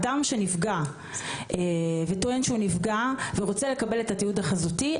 אדם שטוען שהוא נפגע והוא רוצה לקבל את התיעוד החזותי,